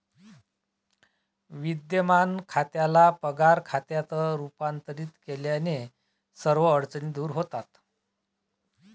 विद्यमान खात्याला पगार खात्यात रूपांतरित केल्याने सर्व अडचणी दूर होतात